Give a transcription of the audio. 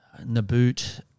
Naboot